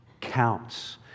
counts